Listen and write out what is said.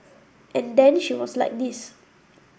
and then she was like this